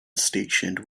stationed